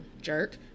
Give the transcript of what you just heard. Jerk